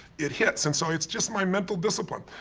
it hits. and so it's just my mental discipline.